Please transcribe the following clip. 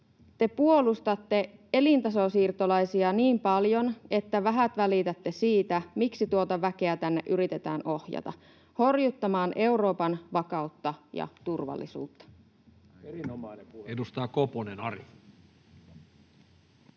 Te puolustatte elintasosiirtolaisia niin paljon, että vähät välitätte siitä, miksi tuota väkeä tänne yritetään ohjata: horjuttamaan Euroopan vakautta ja turvallisuutta. [Speech